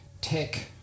tech